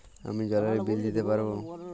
আমি জলের বিল দিতে পারবো?